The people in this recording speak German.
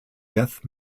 death